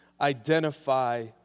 identify